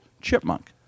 chipmunk